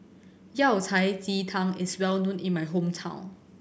Yao Cai ji tang is well known in my hometown